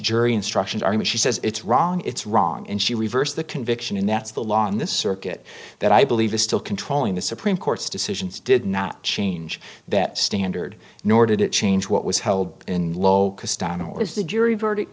jury instructions are in which she says it's wrong it's wrong and she reversed the conviction and that's the law in this circuit that i believe is still controlling the supreme court's decisions did not change that standard nor did it change what was held in low is the jury verdict